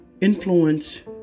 influence